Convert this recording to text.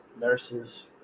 nurses